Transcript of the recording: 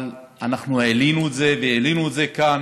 אבל אנחנו העלינו את זה והעלינו את זה כאן,